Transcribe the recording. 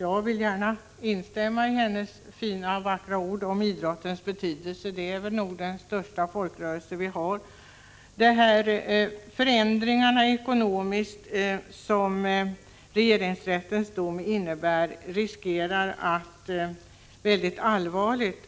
Jag vill gärna instämma i Ulla Orrings vackra ord om idrottens betydelse. Idrotten är nog den största folkrörelse vi har. De förändringar i ekonomiskt avseende som regeringsrättens dom i detta hänseende innebär riskerar att allvarligt